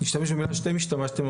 אשתמש במילה שאתם השתמשתם בה,